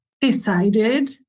decided